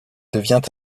devient